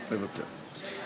מוותר.